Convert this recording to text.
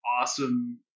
awesome